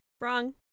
wrong